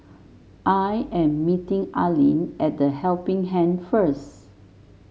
I am meeting Allene at The Helping Hand first